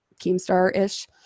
Keemstar-ish